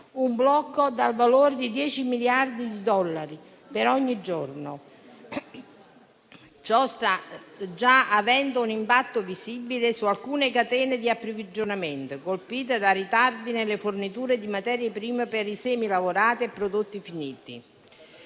un blocco dal valore di 10 miliardi di dollari per ogni giorno. Ciò sta già avendo un impatto visibile su alcune catene di approvvigionamento colpite da ritardi nelle forniture di materie prime per i semilavorati e prodotti finiti.